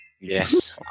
Yes